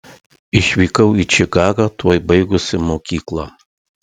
išvykau į čikagą tuoj baigusi mokyklą